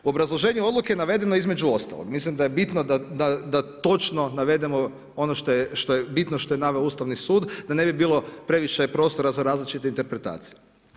U obrazloženju odluke navedeno je između ostalog, mislim da je bitno da točno navedeno ono što je bitno, što je naveo Ustavni sud, da ne bi bilo previše prostora za različite interpretacije.